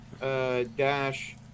dash